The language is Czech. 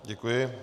Děkuji.